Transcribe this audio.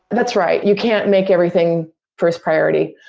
that's right. you can't make everything first priority.